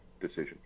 decision